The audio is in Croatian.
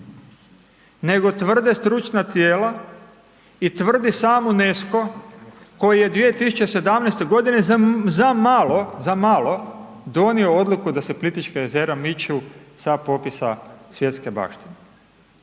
nego tvrde stručna tijela i tvrdi sam UNESCO koji je 2017. g. zamalo, zamalo donio odluku da se Plitvička jezera miču sa popisa svjetske baštine